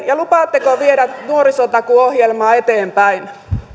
ja lupaatteko viedä nuorisotakuuohjelmaa eteenpäin